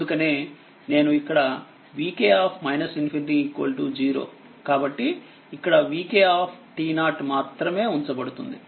అందుకనేనేను ఇక్కడvk ∞0కాబట్టి ఇక్కడ vk మాత్రమే ఉంచబడుతుంది